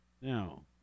Now